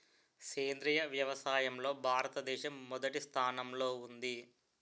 సేంద్రీయ వ్యవసాయంలో భారతదేశం మొదటి స్థానంలో ఉంది